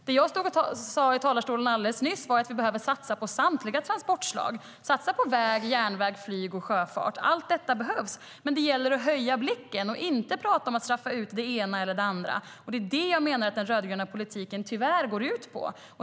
Det jag sa i talarstolen alldeles nyss var att vi behöver satsa på samtliga transportslag: väg, järnväg, flyg och sjöfart. Allt detta behövs. Det gäller att höja blicken och inte prata om att straffa ut det ena eller det andra. Det är det jag menar att den rödgröna politiken tyvärr går ut på.